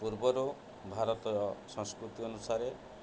ପୂର୍ବରୁ ଭାରତର ସଂସ୍କୃତି ଅନୁସାରେ